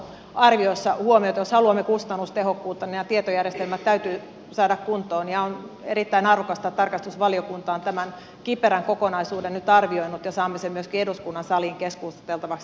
jos haluamme kustannustehokkuutta niin nämä tietojärjestelmät täytyy saada kuntoon ja on erittäin arvokasta että tarkastusvaliokunta on tämän kiperän kokonaisuuden nyt arvioinut ja saamme sen myöskin eduskunnan saliin keskusteltavaksi